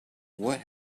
what